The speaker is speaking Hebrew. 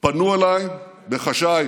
הם פנו אליי בחשאי